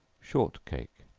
short cake.